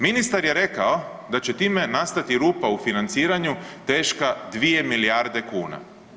Ministar je rekao da će time nastati rupa u financiranju teška 2 milijarde kuna.